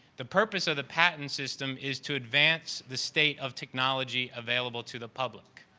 the purpose of the patent system is to advance the state of technology available to the public.